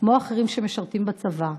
כמו אחרים שמשרתים בצבא,